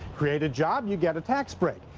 create a job, you get a tax break.